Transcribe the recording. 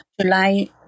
July